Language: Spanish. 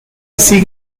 así